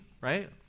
right